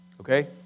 okay